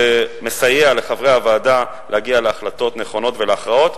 ומסייע לחברי הוועדה להגיע להחלטות נכונות ולהכרעות.